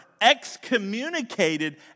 excommunicated